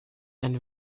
and